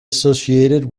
associated